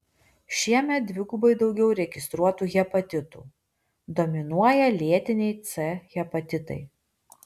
šiemet dvigubai daugiau registruotų hepatitų dominuoja lėtiniai c hepatitai